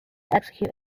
execute